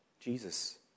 Jesus